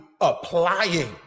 applying